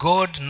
God